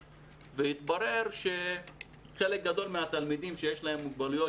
והתברר שחלק גדול מהתלמידים שיש להם מוגבלויות,